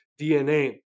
DNA